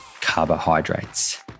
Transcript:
carbohydrates